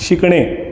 शिकणे